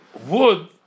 wood